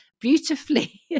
beautifully